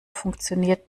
funktioniert